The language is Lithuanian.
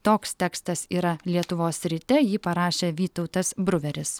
toks tekstas yra lietuvos ryte jį parašė vytautas bruveris